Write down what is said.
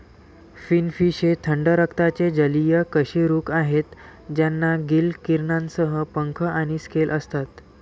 finfish हे थंड रक्ताचे जलीय कशेरुक आहेत ज्यांना गिल किरणांसह पंख आणि स्केल असतात